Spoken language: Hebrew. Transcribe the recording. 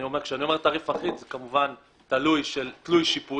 כשאני אומר, תעריף אחיד, זה כמובן תלוי שיפועים